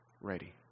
ready